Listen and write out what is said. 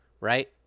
right